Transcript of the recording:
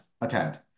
attend